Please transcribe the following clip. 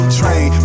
train